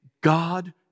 God